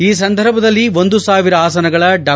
ಈ ಸಂದರ್ಭದಲ್ಲಿ ಒಂದು ಸಾವಿರ ಆಸನಗಳ ಡಾ